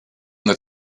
that